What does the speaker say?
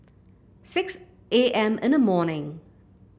six A M in the morning